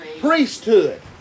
priesthood